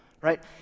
right